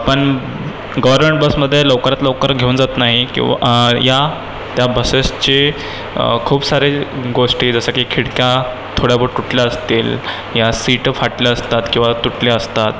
पण गवर्नमेंट बसमध्ये लवकरात लवकर घेऊन जात नाही किंवा या या बसेसचे खूप सारे गोष्टी आहेत जसं की खिडक्या थोड्याबहुत तुटल्या असतील या सीट फाटल्या असतात किंवा तुटल्या असतात